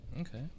Okay